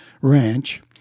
Ranch